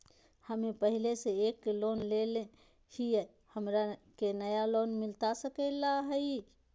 हमे पहले से एक लोन लेले हियई, हमरा के नया लोन मिलता सकले हई?